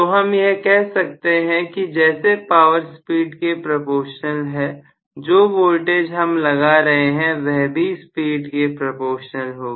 तो हम यह कह सकते हैं कि जैसे पावर स्पीड के प्रपोशनल है जो वोल्टेज हम लगा रहे हैं वह भी स्पीड के प्रपोशनल होगी